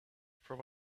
from